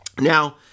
Now